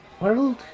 World